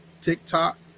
TikTok